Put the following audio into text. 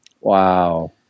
Wow